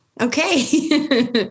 Okay